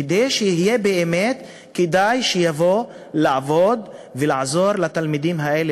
כדי שיהיה באמת כדאי שיבואו לעבוד ולעזור לתלמידים האלה,